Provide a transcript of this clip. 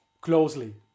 closely